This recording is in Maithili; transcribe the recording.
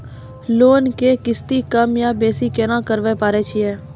लोन के किस्ती कम या बेसी केना करबै पारे छियै?